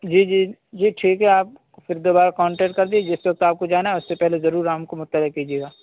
جی جی جی ٹھیک ہے آپ پھر دوبارہ کانٹیکٹ کر دیجیے جس وقت آپ کو جانا ہے اس سے پہلے ضرور ہم کو مطلع کیجیے گا